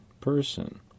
person